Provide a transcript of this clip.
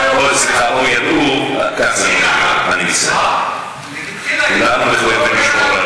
לא ידעתי, סליחה, או ידעו על כך, זה לא מקובל,